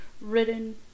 written